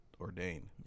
ordained